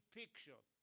picture